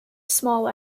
small